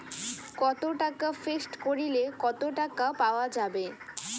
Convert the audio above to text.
কত টাকা ফিক্সড করিলে কত টাকা পাওয়া যাবে?